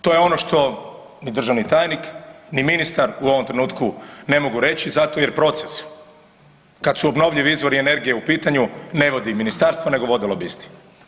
To je ono što ni državni tajnik ni ministar u ovom trenutku ne mogu reći zato jer proces, kad su obnovljivi izvori energije u pitanju, ne vodi ministarstvo nego vode lobisti.